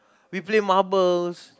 we play marbles